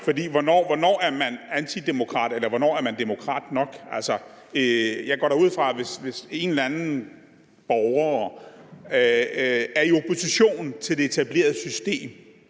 For hvornår er man antidemokrat, eller hvornår er man demokrat nok? Altså, jeg går da ud fra, at hvis en eller anden borger er i opposition til det etablerede system